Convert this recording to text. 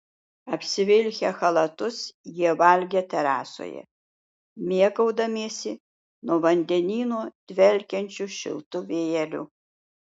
apsivilkę chalatus jie valgė terasoje mėgaudamiesi nuo vandenyno dvelkiančiu šiltu vėjeliu